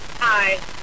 Hi